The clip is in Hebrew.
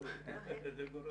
בחדר הוועדה.